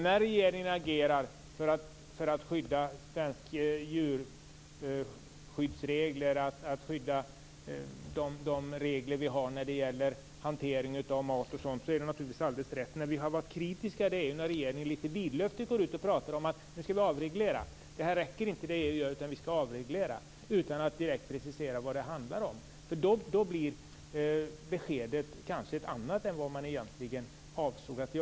Att regeringen agerar för att värna svenska djurskyddsregler och de regler som vi har när det gäller hantering av mat är naturligtvis alldeles riktigt. Vad vi är kritiska mot är att regeringen litet vidlyftigt och utan att precisera vad det handlar om går ut och talar om att nu skall vi avreglera, att det som EU gör inte räcker, utan vi skall avreglera. Då blir beskedet kanske ett annat än vad man egentligen avsåg.